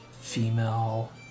female